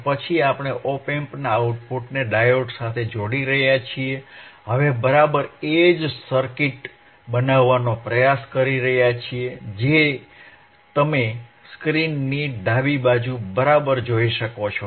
અને પછી આપણે op amp ના આઉટપુટને ડાયોડ સાથે જોડી રહ્યા છીએ હવે બરાબર એ જ સર્કિટ બનાવવાનો પ્રયાસ કરી રહ્યા છીએ જે તમે સ્ક્રીનની ડાબી બાજુ બરાબર જોઈ શકો છો